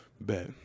Bet